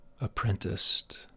apprenticed